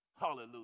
Hallelujah